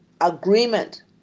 agreement